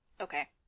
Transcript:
Okay